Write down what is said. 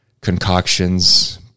concoctions